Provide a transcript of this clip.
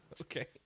Okay